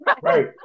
Right